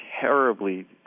terribly